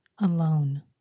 alone